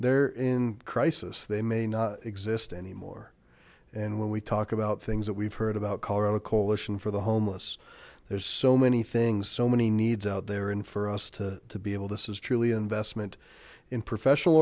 they're in crisis they may not exist anymore and when we talk about things that we've heard about colorado coalition for the homeless there's so many things so many needs out there and for us to be able to says truly investment in professional